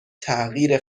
تغییر